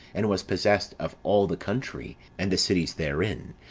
and was possessed of all the country, and the cities therein